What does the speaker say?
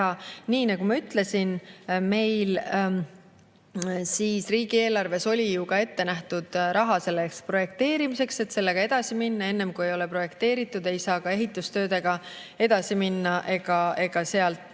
Nii nagu ma ütlesin, meil riigieelarves oli ju ka ette nähtud raha selle projekteerimiseks, et sellega edasi minna. Enne kui ei ole projekteeritud, ei saa ka ehitustöödega edasi minna, sealt